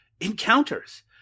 Encounters